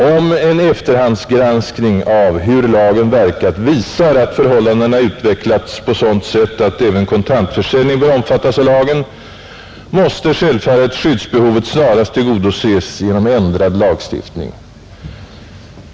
Om en efterhandsgranskning av hur lagen verkat visar att förhållandena utvecklats på sådant sätt att även kontantförsäljning bör omfattas av lagen, måste självfallet skyddsbehovet snarast tillgodoses genom ändrad lagstiftning.